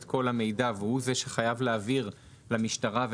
כל המידע והוא זה שחייב להעביר למשטרה,